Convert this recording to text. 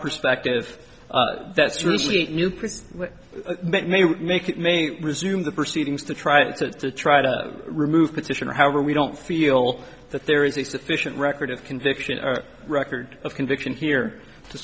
well that may make it may resume the proceedings to try to try to remove petitioner however we don't feel that there is a sufficient record of conviction our record of conviction here to